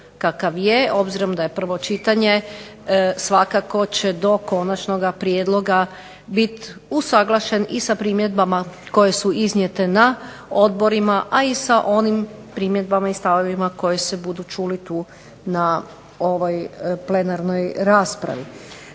kakav je, obzirom da je prvo čitanje, svakako će do konačnoga prijedloga biti usuglašen i sa primjedbama koje su iznijete na odborima, a i sa onim primjedbama i stavovima koji se budu čuli tu na ovoj plenarnoj raspravi.